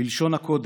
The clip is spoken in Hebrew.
בלשון הקודש,